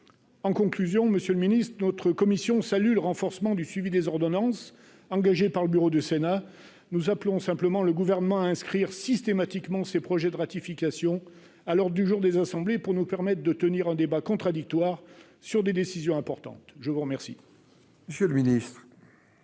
en conclusion, Monsieur le Ministre, notre commission salue le renforcement du suivi des ordonnances engagée par le bureau du Sénat, nous appelons simplement le gouvernement à inscrire systématiquement ses projets de ratification à l'heure du jour des assemblées pour nous permettent de tenir un débat contradictoire sur des décisions importantes, je vous remercie. Monsieur le Ministre.